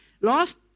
Last